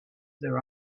their